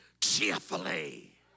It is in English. cheerfully